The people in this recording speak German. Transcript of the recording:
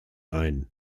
ein